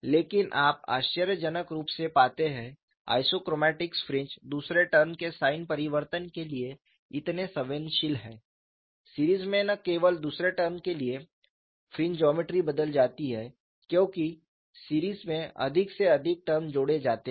लेकिन आप आश्चर्यजनक रूप से पाते हैं आइसोक्रोमैटिक फ्रिंज दूसरे टर्म के साइन परिवर्तन के लिए इतने संवेदनशील हैं सीरीज में न केवल दूसरे टर्म के लिए फ्रिंज ज्योमेट्री बदल जाती है क्योंकि सीरीज में अधिक से अधिक टर्म जोड़े जाते हैं